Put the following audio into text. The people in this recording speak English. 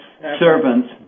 servants